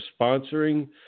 sponsoring